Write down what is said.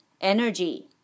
Energy